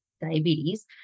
diabetes